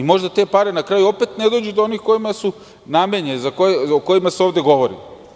Možda te pare, na kraju, opet ne dođu do onih kojima su namenjene, o kojima se ovde govori.